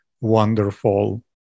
wonderful